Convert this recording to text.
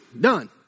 done